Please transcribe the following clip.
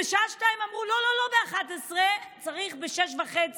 בשעה 14:00 אמרו: לא, לא ב-11:00, צריך ב-18:30.